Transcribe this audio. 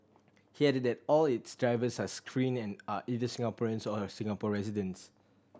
he added that all its drivers are screened and are either Singaporeans or Singapore residents